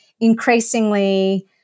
increasingly